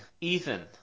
Ethan